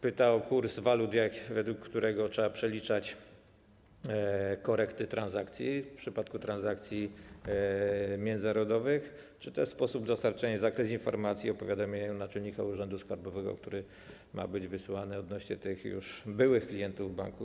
Pyta też o kurs walut, według którego trzeba przeliczać korekty transakcji w przypadku transakcji międzynarodowych, czy też o sposób dostarczania i zakres informacji, jeśli chodzi o powiadomienie naczelnika urzędu skarbowego, które ma być wysyłane odnośnie do byłych klientów banku.